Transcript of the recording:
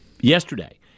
yesterday